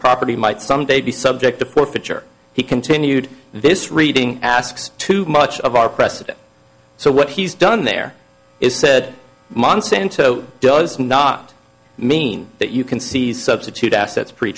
property might someday be subject to poor future he continued this reading asks too much of our president so what he's done there is said monsanto does not mean that you can seize substitute assets pre